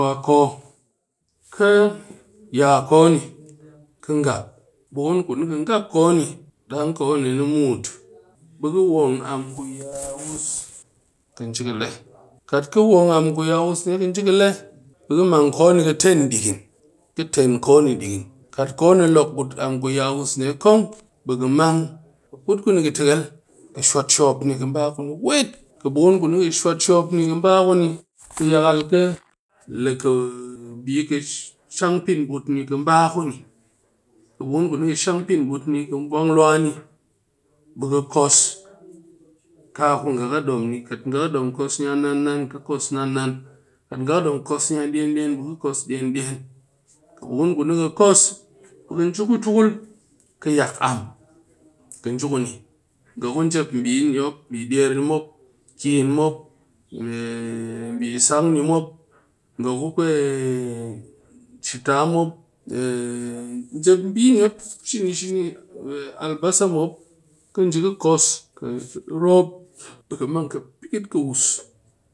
Kɨ ya ko ni, kɨ ngap kɨbukun kuni ngap ko ni dang ko ni muut be ka wong am ku yawus nje ki le kat ki wong am ku yawus nde ki nji le be mang ko ni nje ten dighin kat ko louck dighin am ku yawus nde kong be mang put kuni ki tekile ki shuwat shop ni ki bakuni be yakal ki le bɨ ka shang penbut ni ki ba kuni, kɨ bukuni ki vwang luwa ni bi ka kos ka ku nga ki dom ni kat nga dom kos nann-nann bi ka kos nann-nann kat nga dom kos dyen-dyen bi kɨ kos dyen-dyen ki bukun kuni ni kɨ kos be ka nje ku tukul ka yak am ki nji kuni nga ku njep der ni mop kin ni mop, bi sang ni mop nga kwe shita ni mop, njep bi ni mop shini-shini, albasa mop ki nji ka kos ka rop be ka mang pekit ki wus.